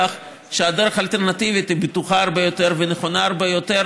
שהדרך האלטרנטיבית בטוחה הרבה יותר ונכונה הרבה יותר,